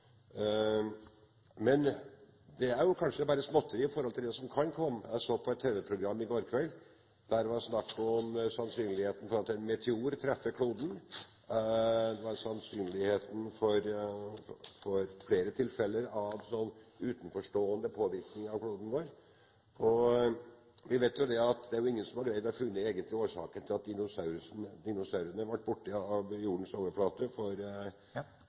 Men det er kanskje bare småtterier i forhold til hva som kan komme. Jeg så på et TV-program i går kveld, der det var snakk om sannsynligheten for at en meteor treffer kloden, og sannsynligheten for flere tilfeller av slik utenforstående påvirkning av kloden vår. Vi vet at ingen har greid å finne den egentlige årsaken til at dinosaurene ble borte fra jordens overflate for